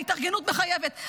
ההתארגנות מחייבת.